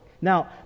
Now